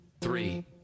three